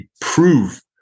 prove